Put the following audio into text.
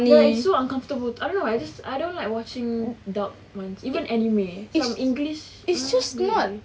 like so uncomfortable I don't know I don't like watching dub [one] even anime macam english hmm weird